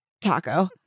taco